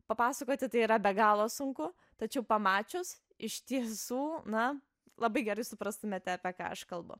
papasakoti tai yra be galo sunku tačiau pamačius iš tiesų na labai gerai suprastumėte apie ką aš kalbu